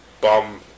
bum